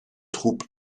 troupes